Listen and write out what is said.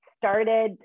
started